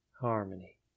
harmony